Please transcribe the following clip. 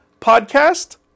podcast